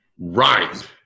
Right